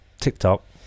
TikTok